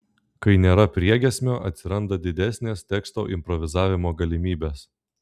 kai nėra priegiesmio atsiranda didesnės teksto improvizavimo galimybės